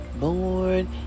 born